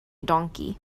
donkey